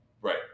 Right